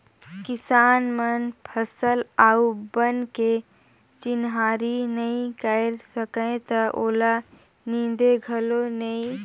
किसान मन फसल अउ बन के चिन्हारी नई कयर सकय त ओला नींदे घलो नई